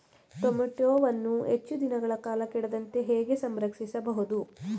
ಟೋಮ್ಯಾಟೋವನ್ನು ಹೆಚ್ಚು ದಿನಗಳ ಕಾಲ ಕೆಡದಂತೆ ಹೇಗೆ ಸಂರಕ್ಷಿಸಬಹುದು?